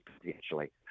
potentially